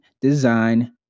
Design